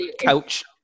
couch